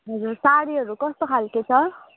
हजुर साडीहरू कस्तो खालको छ